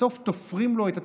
בסוף תופרים לו את התפקיד,